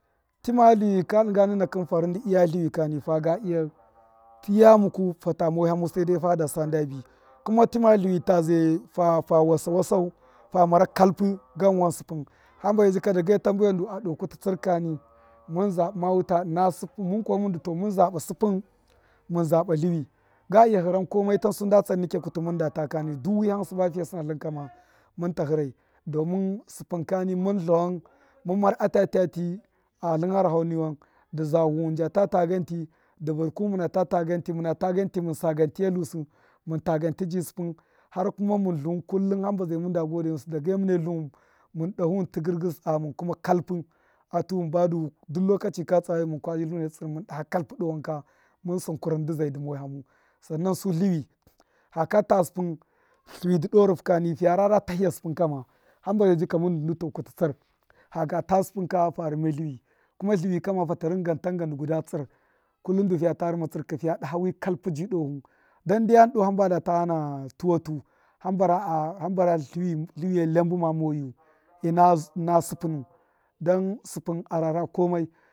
Tma ltṫwṫ ka dṫnga nu nuna kṫn fa rṫn dṫ iya ltṫwṫ kani faga iya tiya muku fa tama wihamu saidai fada sa da bi, kuma tima ltṫwṫ ta zai hu wasa wasau fa mara kalpṫ gan wan sṫpṫn hamba zai jika dage tamtaiwan a doo kuti tsṫr kani mun zatṫ ma wuta, mun kuma mun du mun zabṫ sṫpṫn mun zaba ltṫwṫ, ga iya hiran kemai tan sun da tsan nika kuti tsṫr kani duk wiham sṫba fiye sṫna ltṫn kama mun ta hirai domin sṫpṫ kani mun ltawan mun mar ata ta ti a ltṫn gharahau niwan dṫ zai vuwun jda ta ta gan ti, dṫ vṫruwun jda ta ta gan ti, muna ta gan ti, mun sa gan teitusṫ mun ta gan ti ji sṫpṫn, har kuma mun ltuwun kullum hamba zai mun da gode ghṫnsṫ dage mune ltuwun mun dahuwun tṫgṫrgṫs a mun kuma kalpṫ ltune tsatsṫr mun daha kalpṫ doowan ka mun sṫn kurṫn dṫ zai duma wṫhamu, sannan su ltṫwṫ haka ta sṫpṫn ltṫwṫ dṫ doo ruhu kani fiya rara tahiya supum kama, hṫmba zai jika mun du kuti tsṫr haka ta sṫpṫm ka ha rumu ltṫwṫ kuma ltṫwṫ kama hata rṫnga tangan dṫ tsṫr kullum du fiya ta rima tsṫr kama, fiya daha wṫ kalpṫ di douhu, dan ndyam doo hanbana da ta ghana tumatu, hamba ra ltṫwṫya iyabṫ moyu ṫna sṫpṫnu dan sṫpṫm a rara komai.